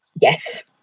Yes